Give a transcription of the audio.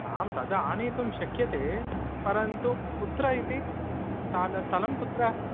आं तत् आनयितुं शक्यते परन्तु कुत्र इति स्थानं स्थलं कुत्र